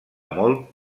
molt